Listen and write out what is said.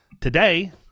today